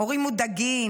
הורים מודאגים,